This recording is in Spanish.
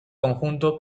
conjunto